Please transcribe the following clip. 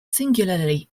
singularly